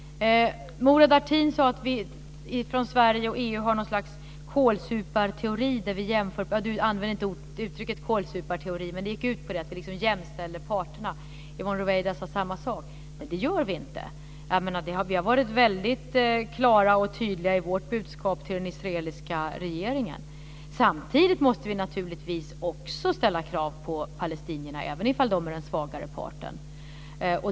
Murad Artin sade att vi från Sverige och EU har något slags kolsuparteori och jämställer parterna - uttrycket kolsupare användes inte men det gick ut på det, och Yvonne Ruwaida sade samma sak - men det gör vi inte. Vi har varit väldigt klara och tydliga i vårt budskap till den israeliska regeringen. Samtidigt måste vi naturligtvis också ställa krav på palestinierna, även ifall de är den svagare parten.